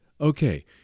Okay